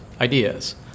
ideas